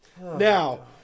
Now –